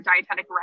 dietetic